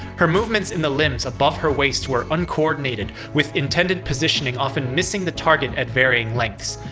her movements in the limbs above her waist were uncoordinated, with intended positioning often missing the target at varying lengths.